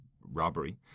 robbery